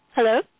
Hello